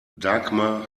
dagmar